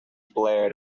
blared